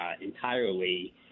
entirely